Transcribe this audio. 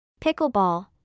Pickleball